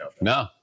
no